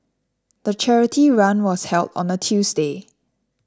the charity run was held on a Tuesday